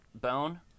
bone